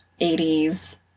80s